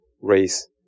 race